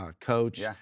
coach